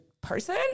person